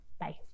bye